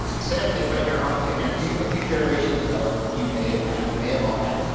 sam, think about your auntie. i mean, a few few generations ago, you may have had we may have all had,